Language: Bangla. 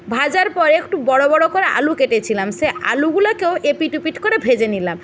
ভাজার পর একটু বড়ো বড়ো করে আলু কেটেছিলাম সে আলুগুলোকেও এপিট ওপিট করে ভেজে নিলাম